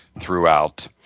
throughout